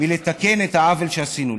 מלתקן את העוול שעשינו להם.